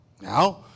Now